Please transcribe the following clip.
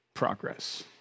progress